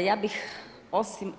Ja bih osim